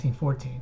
1914